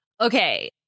okay